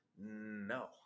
No